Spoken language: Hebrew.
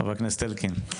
חבר הכנסת אלקין, בבקשה.